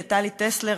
לטלי טסלר,